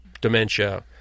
dementia